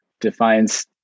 defines